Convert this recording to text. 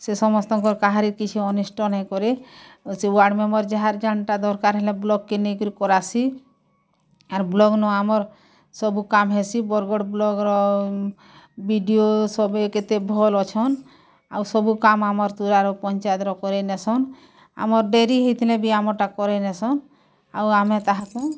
ସେ ସମସ୍ତଙ୍କର୍ କାହାର୍ କିଛି ଅନିଷ୍ଟ ନାଇଁ କରେ ଆଉ ସେ ୱାଡ଼ମେମ୍ବର୍ ଯାହାର୍ ଯେନ୍ତା ଦରକାର୍ ହେଲେ ବ୍ଲକ୍ କେ ନେଇ କରି କରାସି ଆରୁ ବ୍ଲକ୍ ନୁ ଆମର୍ ସବୁ କାମ ହେସି ବରଗଡ଼ ବ୍ଲକ୍ ର ବି ଡ଼ି ଓ ସଭିଏ କେତେ ଭଲ୍ ଅଛନ୍ ଆଉ ସବୁ କାମ ଆମର୍ ତୁରାରୁ ପଞ୍ଚାୟତ ର କରାଇ ନେସନ୍ ଆମର୍ ଡେରି ହେଇଥିଲେ ବି ଆମର୍ ଟା କରାଇ ନେସନ୍ ଆଉ ଆମେ ତାହାକୁ